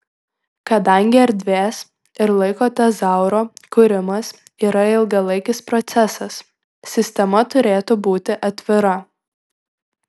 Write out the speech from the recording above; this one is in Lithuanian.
kadangi erdvės ir laiko tezauro kūrimas yra ilgalaikis procesas sistema turėtų būti atvira